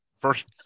first